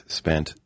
spent